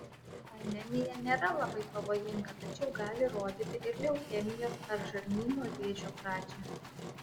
anemija nėra labai pavojinga tačiau gali rodyti ir leukemijos ar žarnyno vėžio pradžią